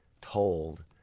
told